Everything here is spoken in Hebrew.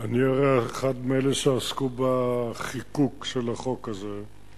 אני הרי אחד מאלה שעסקו בחיקוק של החוק הזה.